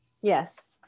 Yes